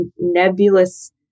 nebulous